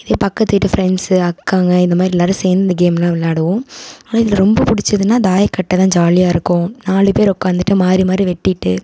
இதே பக்கத்து வீட்டு ஃப்ரெண்ட்ஸு அக்காங்க இதை மாதிரி எல்லோரும் சேர்ந்து இந்த கேம்லாம் விளாடுவோம் ஆனால் இதில் ரொம்ப பிடிச்சதுன்னா தாயக்கட்டை தான் ஜாலியாக இருக்கும் நாலு பேர் உட்காந்துட்டு மாதிரி மாதிரி வெட்டிவிட்டு